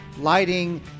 Lighting